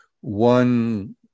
One